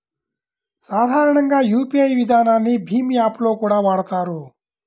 సాధారణంగా యూపీఐ విధానాన్ని భీమ్ యాప్ లో కూడా వాడతారు